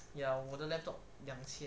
ya 我的 laptop 两千